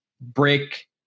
break